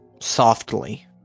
Softly